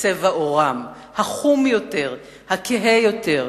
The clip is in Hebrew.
צבע עורם החום יותר, הכהה יותר.